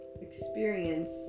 experience